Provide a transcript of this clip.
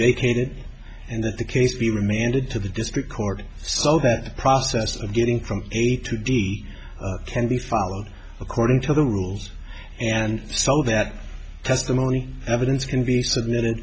vacated and the case be remanded to the district court so that the process of getting from a to b can be followed according to the rules and so that testimony evidence can be submitted